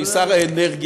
אני שר האנרגיה,